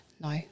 No